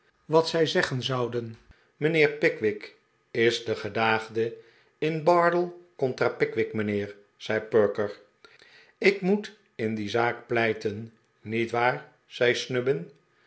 wa't zij zeggen zouden mijnheer pickwick is de gedaagde in bardell contra pickwick mijnheer zei perker rr ik moet in die zaak pleiten niet waar